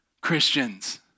Christians